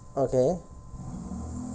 okay